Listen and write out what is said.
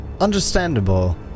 understandable